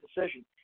decision